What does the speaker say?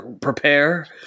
prepare